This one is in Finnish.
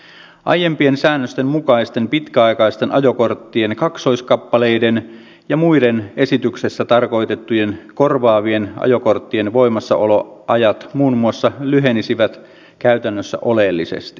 muun muassa aiempien säännösten mukaisten pitkäaikaisten ajokorttien kaksoiskappaleiden ja muiden esityksessä tarkoitettujen korvaavien ajokorttien voimassaoloajat lyhenisivät käytännössä oleellisesti